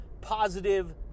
positive